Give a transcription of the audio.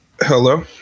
hello